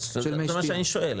אז זה מה שאני שואל,